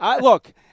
Look